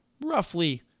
roughly